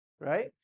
right